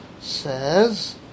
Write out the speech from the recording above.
says